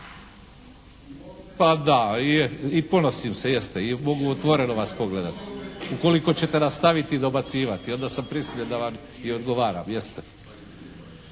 Pa da, je, i ponosim se jeste i mogu otvoreno vas pogledati. Ukoliko ćete nastaviti dobacivati. Onda sam prisiljen da vam i odgovaram, jeste.